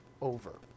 over